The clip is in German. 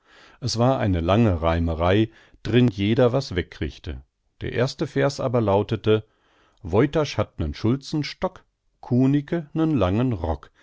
es war eine lange reimerei drin jeder was wegkriegte der erste vers aber lautete woytasch hat den schulzen stock kunicke nen langen rock